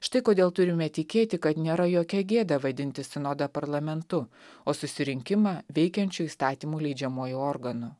štai kodėl turime tikėti kad nėra jokia gėda vadinti sinodą parlamentu o susirinkimą veikiančiu įstatymų leidžiamuoju organu